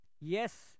yes